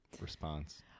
response